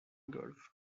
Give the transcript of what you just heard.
gulf